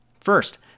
First